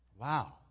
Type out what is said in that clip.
wow